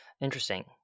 Interesting